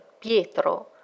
Pietro